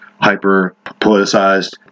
hyper-politicized